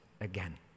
again